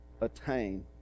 attain